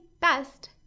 best